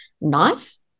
nice